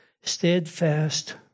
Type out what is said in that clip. steadfast